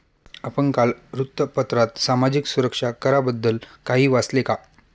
आपण काल वृत्तपत्रात सामाजिक सुरक्षा कराबद्दल काही वाचले का?